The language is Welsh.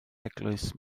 eglwys